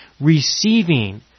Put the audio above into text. receiving